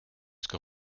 ska